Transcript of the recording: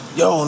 yo